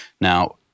Now